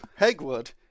Hegwood